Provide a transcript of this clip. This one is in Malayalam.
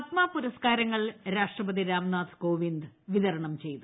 പദ്മ പുരസ്ക്കാർങ്ങൾ രാഷ്ട്രപതി രാംനാഥ് കോവിന്ദ് വിതരണം ചെയ്തു